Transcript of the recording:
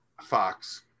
Fox